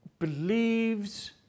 believes